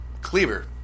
cleaver